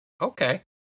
Okay